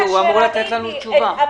אמיר מדינה אמור לתת לנו תשובה.